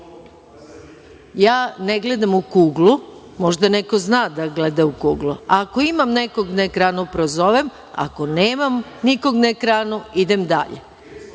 ne gledam u kuglu. Možda neko zna da gleda u kuglu. Ako imam nekog na ekranu, prozovem. Ako nemam nikog na ekranu, idem dalje. Od